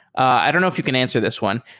i don't know if you can answer this one.